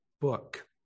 book